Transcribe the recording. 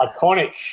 iconic